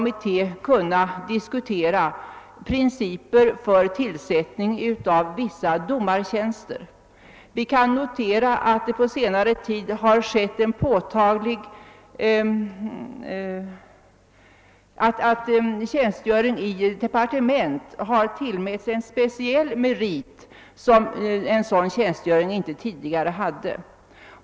I fråga om principerna för tillsättning av domartjänster kan vi notera att det på senare tid har blivit så att tjänstgöring i departementet betraktas som en speciell merit. Det har den tjänstgöringen inte haft tidigare.